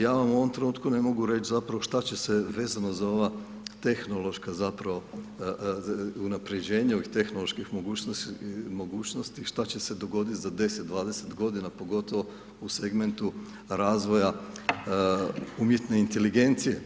Ja vam u ovom trenutku ne mogu reći zapravo šta će se vezano za ova tehnološka zapravo unapređenja, ovih tehnoloških mogućnosti šta će se dogoditi za 10, 20 godina, pogotovo u segmentu razvoja umjetne inteligencije.